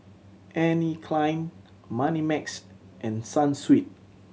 Anne Klein Moneymax and Sunsweet